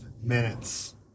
minutes